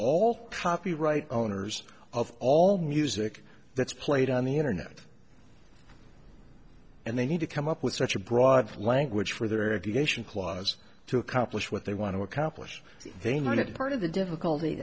all poppy right owners of all music that's played on the internet and they need to come up with such a broad language for their education clause to accomplish what they want to accomplish they know that part of the difficulty